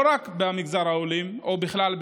לא רק במגזר העולים אלא בכלל,